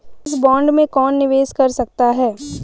इस बॉन्ड में कौन निवेश कर सकता है?